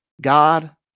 God